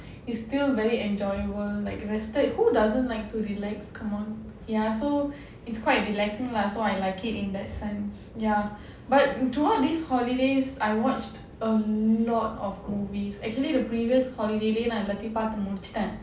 it's still very enjoyable like rested who doesn't like to relax come on ya so it's quite relaxing lah so I like it in that sense ya but throughout this holidays I watched a lot of movies actually the previous holiday எல்லாத்தையும் பார்த்து முடிச்சிட்டேன்:ellaathaiyum paarthu mudichitaen